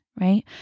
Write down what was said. right